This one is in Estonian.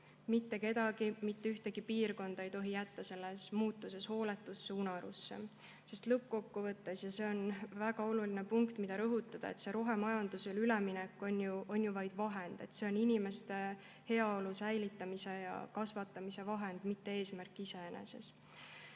Mitte kedagi, mitte ühtegi piirkonda ei tohi jätta selles muutuses hooletusse, unarusse, sest lõppkokkuvõttes – ja see on väga oluline punkt, mida rõhutada – on rohemajandusele üleminek ju vaid vahend. See on inimeste heaolu säilitamise ja kasvatamise vahend, mitte eesmärk iseeneses.